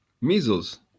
Measles